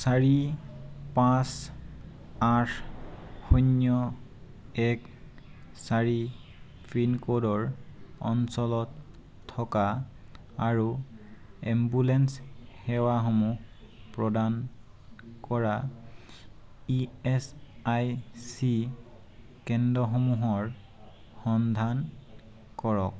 চাৰি পাঁচ আঠ শূন্য এক চাৰি পিনক'ডৰ অঞ্চলত থকা আৰু এম্বুলেন্স সেৱাসমূহ প্ৰদান কৰা ই এছ আই চি কেন্দ্ৰসমূহৰ সন্ধান কৰক